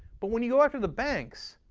but when you go after the banks,